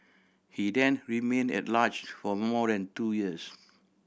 he then remained at large for more than two years